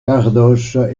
cardoche